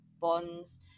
bonds